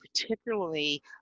particularly